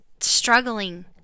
struggling